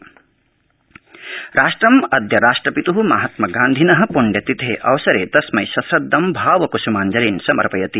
गांधी प्ण्यतिथि राष्ट्रमद्व राष्ट्रपित्ः महात्मागान्धिनः पण्यतिथेः अवसरे तस्मै सश्रद्ध भावकुसमाञ्जलीन् समर्पयति